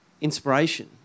inspiration